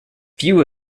few